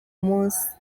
munsi